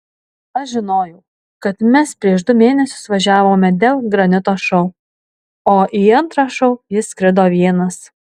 aš žinojau kad mes prieš du mėnesius važiavome dėl granito šou o į antrą šou jis skrido vienas